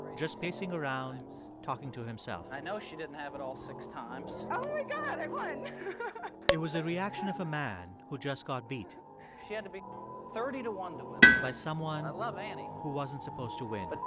just pacing around talking to himself i know she didn't have it all six times oh, my god, i won it was the reaction of a man who just got beat she had to be thirty to one to win this by someone. i love annie. who wasn't supposed to win. but.